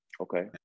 Okay